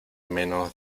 menos